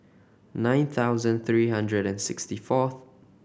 nine thousand three hundred and sixty fourth